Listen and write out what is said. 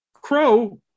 crow